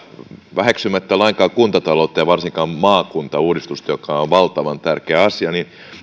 väheksymättä lainkaan kuntataloutta ja varsinkaan maakuntauudistusta joka on valtavan tärkeä asia